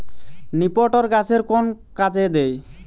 নিপটর গাছের কোন কাজে দেয়?